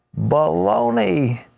baloney.